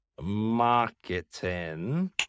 marketing